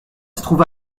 trouve